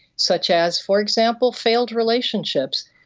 such as, for example, failed relationships,